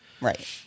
Right